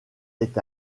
est